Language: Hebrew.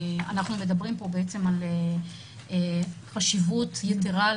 אנחנו מדברים פה על חשיבות יתרה על